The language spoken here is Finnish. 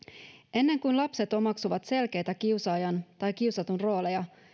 ennen kuin lapset omaksuvat selkeitä kiusaajan tai kiusatun rooleja